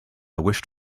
wished